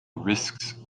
risks